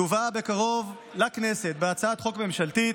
תובא בקרוב לכנסת בהצעת חוק ממשלתית,